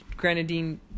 grenadine